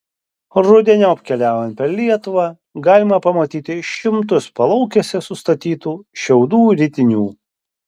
rudeniop keliaujant per lietuvą galima pamatyti šimtus palaukėse sustatytų šiaudų ritinių